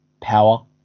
power